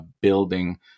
building